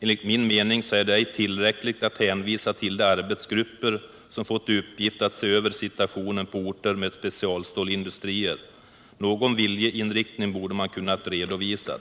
Enligt min mening är det ej tillräckligt att hänvisa till de arbetsgrupper som fått i uppgift att se över situationen på orter med specialstålindustrier. Någon viljeinriktning borde man ha kunnat redovisa.